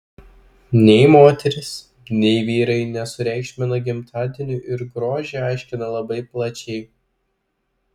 nei moterys nei vyrai nesureikšmina gimtadienių ir grožį aiškina labai plačiai